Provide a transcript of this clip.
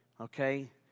okay